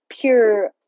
pure